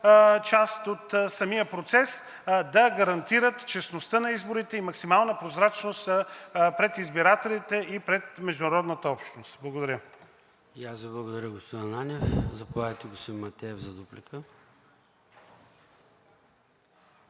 част от самия процес, да гарантират честността на изборите и максимална прозрачност пред избирателите и пред международната общност. Благодаря.